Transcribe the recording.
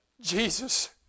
Jesus